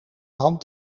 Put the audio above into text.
hand